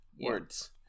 Words